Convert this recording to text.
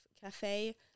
cafe